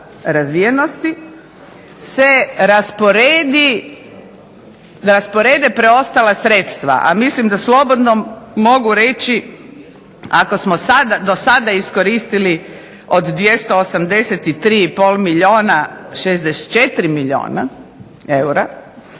razvijenosti i da prema tom kriteriju se rasporede preostala sredstva, a mislim da slobodno mogu reći ako smo sada iskoristili od 283,5 milijuna 64 milijuna eura,